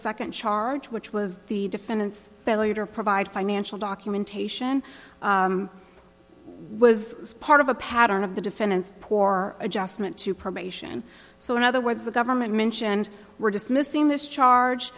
second charge which was the defendant's failure to provide financial documentation was part of a pattern of the defendant's poor adjustment to probation so in other words the government mentioned we're dismissing this charge